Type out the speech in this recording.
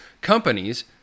companies